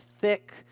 thick